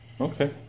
Okay